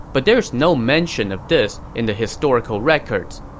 but there is no mention of this in the historical records.